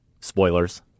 spoilers